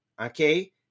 okay